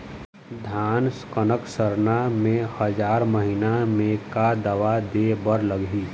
धान कनक सरना मे हजार महीना मे का दवा दे बर लगही?